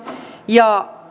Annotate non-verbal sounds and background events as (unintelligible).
ja (unintelligible)